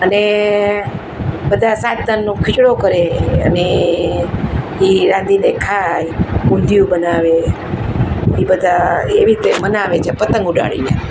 અને બધા સાત ધનનો ખીચડો કરે અને એ રાંધીને ખાય ઊંધિયું બનાવે એ બધા એવી રીતે મનાવે છે પતંગ ઉડાવીને